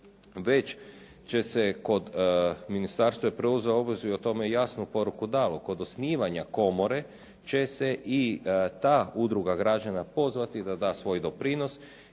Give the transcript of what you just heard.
već se kod, ministarstvo je preuzelo obvezu i o tome jasnu poruku dalo, kod osnivanja komore će se i ta udruga građana pozvati da da svoj doprinos